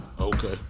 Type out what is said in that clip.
Okay